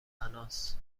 فناس